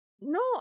No